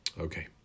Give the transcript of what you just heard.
Okay